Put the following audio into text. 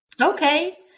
okay